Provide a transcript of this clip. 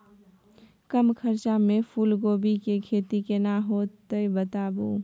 कम खर्चा में फूलकोबी के खेती केना होते बताबू?